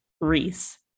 Reese